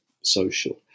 social